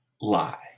lie